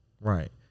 right